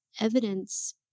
evidence